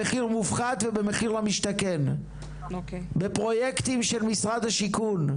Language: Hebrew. במחיר מופחת ובמחיר למשתכן בפרויקטים של משרד השיכון,